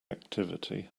activity